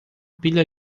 pilha